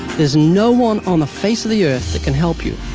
there's no one on the face of the earth that can help you.